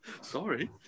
Sorry